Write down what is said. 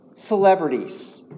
Celebrities